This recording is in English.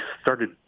started